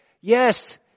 yes